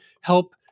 help